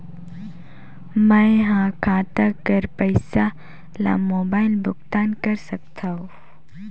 मैं ह खाता कर पईसा ला मोबाइल भुगतान कर सकथव?